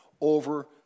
over